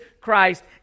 Christ